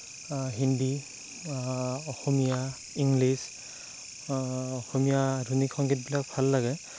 Hindi Asomiya English Asomiya আধুনিক সংগীতবিলাক ভাল লাগে